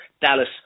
Dallas